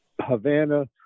Havana